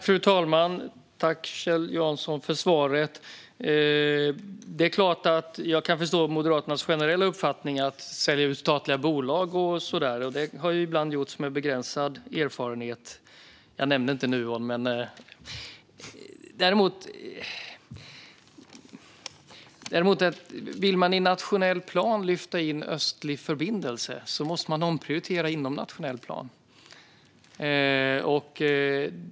Fru talman! Tack, Kjell Jansson, för svaret! Det är klart att jag kan förstå Moderaternas generella uppfattning om att sälja ut statliga bolag. Det har ibland gjorts med begränsad framgång. Jag ska inte nämna Nuon. Men vill man lyfta in Östlig förbindelse i nationell plan måste man omprioritera inom nationell plan.